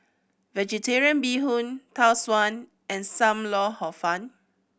Vegetarian Bee Hoon Tau Suan and Sam Lau Hor Fun